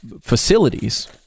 facilities